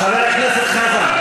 חבר הכנסת חזן,